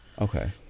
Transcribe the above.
Okay